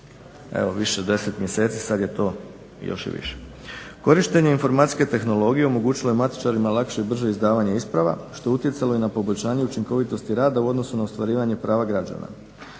evo više od 10 mjeseci. Sad je to još i više. Korištenje informacijske tehnologije omogućilo je matičarima lakše i brže izdavanje isprava što je utjecalo i na poboljšanje učinkovitosti rada u odnosu na ostvarivanje prava građana.